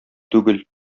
түгел